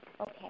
Okay